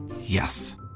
Yes